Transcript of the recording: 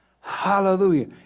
Hallelujah